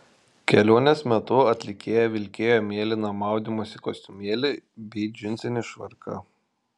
kelionės metu atlikėja vilkėjo mėlyną maudymosi kostiumėlį bei džinsinį švarką